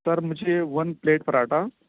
سر مجھے one plate paratha